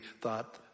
thought